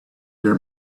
their